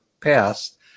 passed